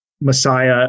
Messiah